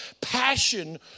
Passion